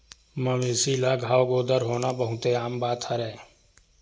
मवेशी ल घांव गोदर होना बहुते आम बात हरय